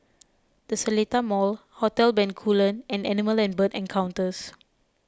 the Seletar Mall Hotel Bencoolen and Animal and Bird Encounters